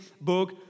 book